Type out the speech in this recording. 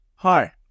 Hi